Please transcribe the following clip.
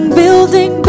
building